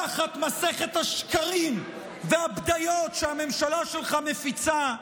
תחת מסכת השקרים והבדיות שהממשלה שלך מפיצה,